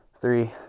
three